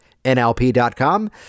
NLP.com